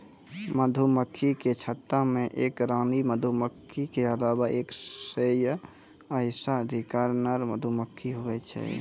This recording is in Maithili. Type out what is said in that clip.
मधुमक्खी के छत्ता मे एक रानी मधुमक्खी के अलावा एक सै या ओहिसे अधिक नर मधुमक्खी हुवै छै